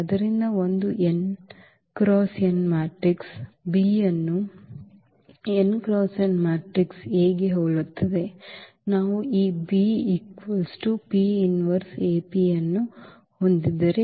ಆದ್ದರಿಂದ ಒಂದು n ಅಡ್ಡ n ಮ್ಯಾಟ್ರಿಕ್ಸ್ B ಯನ್ನು n ಅಡ್ಡ n ಮ್ಯಾಟ್ರಿಕ್ಸ್ A ಗೆ ಹೋಲುತ್ತದೆ ನಾವು ಈ ಅನ್ನು ಹೊಂದಿದ್ದರೆ